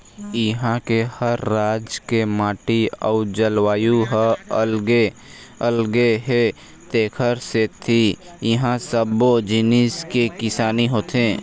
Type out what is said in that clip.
इहां के हर राज के माटी अउ जलवायु ह अलगे अलगे हे तेखरे सेती इहां सब्बो जिनिस के किसानी होथे